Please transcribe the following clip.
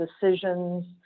decisions